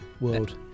world